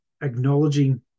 acknowledging